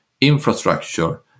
infrastructure